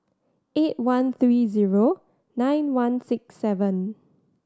eight one three zero nine one six seven